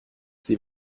sie